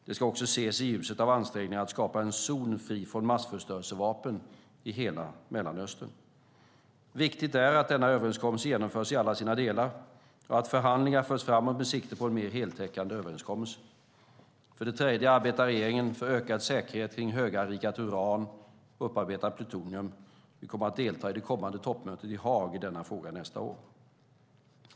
Det ska också ses i ljuset av ansträngningarna att skapa en zon fri från massförstörelsevapen i hela Mellanöstern. Viktigt är att denna överenskommelse genomförs i alla sina delar och att förhandlingar förs framåt med sikte på en mer heltäckande överenskommelse. För det fjärde arbetar regeringen för ökad säkerhet kring höganrikat uran och upparbetat plutonium. Vi kommer att delta i det kommande toppmötet i Haag i denna fråga nästa år.